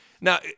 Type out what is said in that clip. now